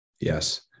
yes